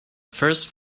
first